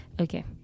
okay